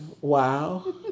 wow